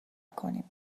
کنیم